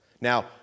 Now